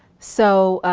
so,